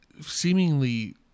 seemingly